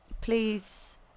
Please